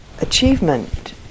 achievement